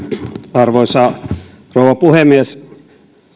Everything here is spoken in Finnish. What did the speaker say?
arvoisa rouva puhemies